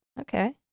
okay